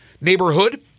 neighborhood